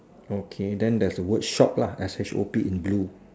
okay then there's a word shop lah S H O P in blue